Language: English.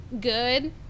good